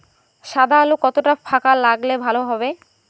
সাদা আলু কতটা ফাকা লাগলে ভালো হবে?